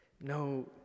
No